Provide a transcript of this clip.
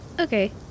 Okay